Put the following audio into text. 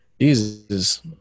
jesus